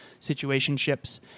situationships